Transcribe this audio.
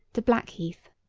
to blackheath.